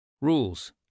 Rules